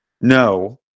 No